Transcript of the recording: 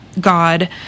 God